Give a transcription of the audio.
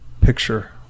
picture